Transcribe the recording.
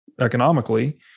economically